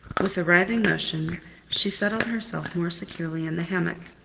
with a writhing motion she settled herself more securely in the hammock.